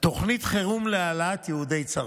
תוכנית חירום להעלאת יהודי צרפת.